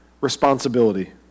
responsibility